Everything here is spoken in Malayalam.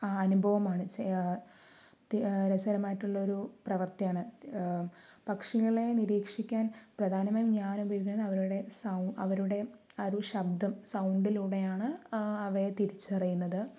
അനുഭവമാണ് ചെ തി രസകരമായിട്ടുള്ള ഒരു പ്രവർത്തിയാണ് പക്ഷികളെ നിരീക്ഷിക്കാൻ പ്രധാനമായും ഞാൻ ഉപയോഗിക്കുന്നത് അവരുടെ സൗ അവരുടെ ആ ഒരു ശബ്ദം സൗണ്ടിലൂടെയാണ് അവയെ തിരിച്ചറിയുന്നത്